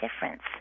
difference